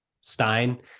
Stein